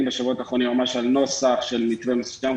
בשבועות האחרונים על נוסח של מתווה מוסכם,